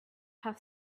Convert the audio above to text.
have